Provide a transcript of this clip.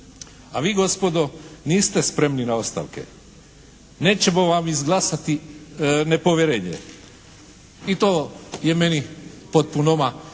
A vi gospodo niste spremni na ostavke. Nećemo vam izglasati nepovjerenje. I to je meni potpuno jasno,